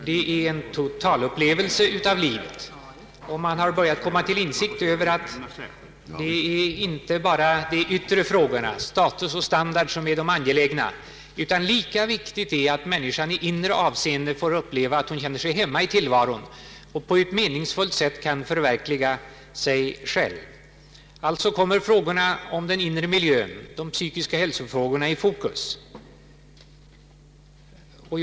Det är en totalupplevelse av livet saken gäller, och man har börjat komma till insikt om att det inte bara är de yttre frågorna — status och standard — som är angelägna, utan lika viktigt är att människan i inre avseende får uppleva att hon känner sig hemma i tillvaron och kan förverkliga sig själv på ett meningsfullt sätt. Frågorna om den inre miljön, de psykiska hälsofrågorna, kommer alltså i fokus.